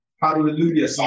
Hallelujah